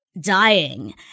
dying